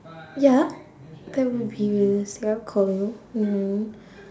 ya that would be realistic I'll call you mm